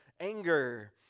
anger